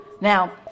now